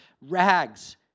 rags